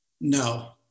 No